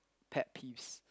pet peeves